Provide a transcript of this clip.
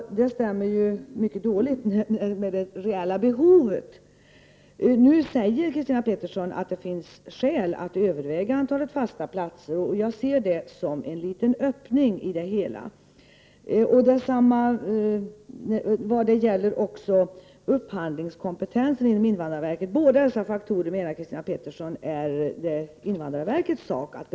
Detta stämmer alltså mycket dåligt överens med det reella behovet. Christina Pettersson säger att det finns skäl att överväga antalet fasta platser. Det ser jag som en öppning. Christina Pettersson menar att det är invandrarverket som skall bedöma både detta och upphandlingskompetensen inom invandrarverket. Ja, det är väl på det sättet.